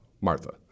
Martha